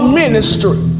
ministry